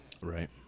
right